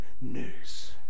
news